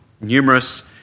numerous